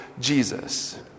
Jesus